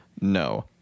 No